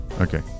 Okay